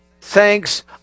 thanks